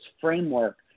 framework